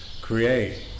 create